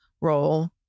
role